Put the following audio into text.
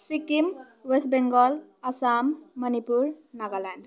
Sikkim west Bengal Assam Manipur Nagaland